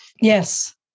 Yes